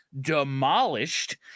demolished